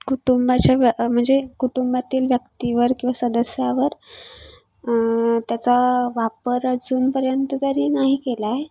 कुटुंबाचे व्य म्हणजे कुटुंबातील व्यक्तीवर किंवा सदस्यावर त्याचा वापर अजूनपर्यंत तरी नाही केला आहे